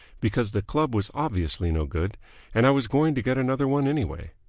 because the club was obviously no good and i was going to get another one anyway.